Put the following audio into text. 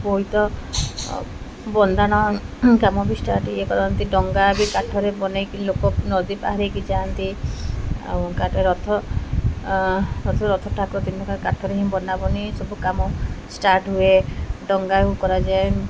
ବୋଇତ ବନ୍ଧାଣ କାମ ବି ଷ୍ଟାର୍ଟ୍ ଇଏ କରନ୍ତି ଡଙ୍ଗା ବି କାଠରେ ବନେଇକି ଲୋକ ନଦୀ ପାହାର ହୋଇକି ଯାଆନ୍ତି ଆଉ କାଠରେ ରଥ ରଥ ରଥ ଠାକୁର ତିନିଟା କାଠରେ ହିଁ ବନାବନେଇ ସବୁ କାମ ଷ୍ଟାର୍ଟ୍ ହୁଏ ଡଙ୍ଗାକୁ କରାଯାଏ